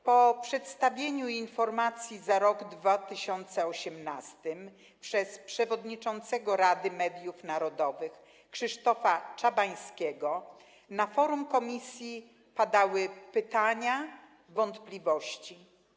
Po przedstawieniu informacji za rok 2018 przez przewodniczącego Rady Mediów Narodowych Krzysztofa Czabańskiego na forum komisji padały pytania i wątpliwości.